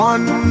One